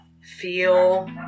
feel